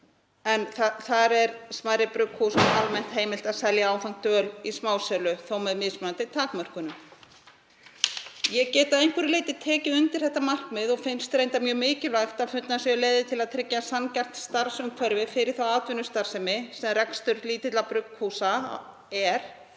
en þar er smærri brugghúsum almennt heimilt að selja áfengt öl í smásölu, þó með mismunandi takmörkunum. Ég get að einhverju leyti tekið undir það markmið og finnst reyndar mjög mikilvægt að fundnar séu leiðir til að tryggja sanngjarnt starfsumhverfi fyrir þá atvinnustarfsemi sem rekstur lítilla brugghúsa er